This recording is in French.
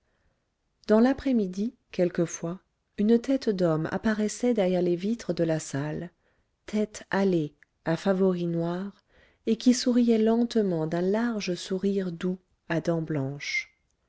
dans l'après-midi quelquefois une tête d'homme apparaissait derrière les vitres de la salle tête hâlée à favoris noirs et qui souriait lentement d'un large sourire doux à dents blanches